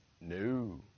No